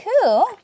Cool